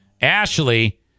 Ashley